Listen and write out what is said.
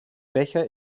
becher